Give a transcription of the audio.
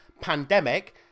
pandemic